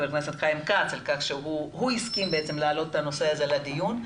חבר הכנסת חיים כץ על כך שהוא הסכים בעצם להעלות את הנושא הזה לדיון,